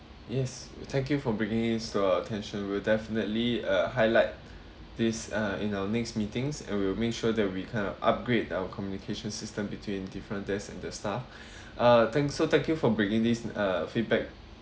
yes thank you for bringing this to our attention we'll definitely uh highlight this uh in our next meetings and we will make sure that we kind of upgrade our communication system between different desks and the staff uh thanks so thank you for bringing this uh feedback